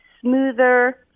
smoother